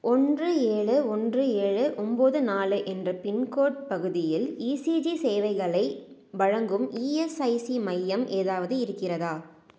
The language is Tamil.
ஒன்று ஏழு ஒன்று ஏழு ஒம்போது நாலு என்ற பின்கோடு பகுதியில் இசிஜி சேவைகளை வழங்கும் இஎஸ்ஐசி மையம் ஏதாவது இருக்கிறதா